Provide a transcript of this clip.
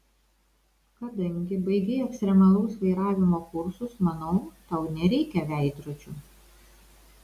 kadangi baigei ekstremalaus vairavimo kursus manau tau nereikia veidrodžio